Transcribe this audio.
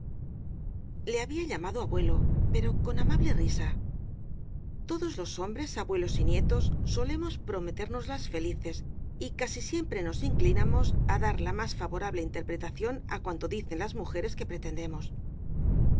le había llamado abuelo pero con amable risa todos los hombres abuelos y nietos solemos prometérnoslas felices y casi siempre nos inclina mos á dar la más favorable interpretación á cuanto dicen las mujeres que pretendemos